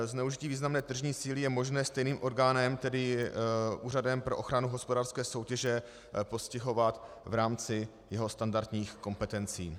Zneužití významné tržní síly je možné stejným orgánem, tedy Úřadem pro ochranu hospodářské soutěže, postihovat v rámci jeho standardních kompetencí.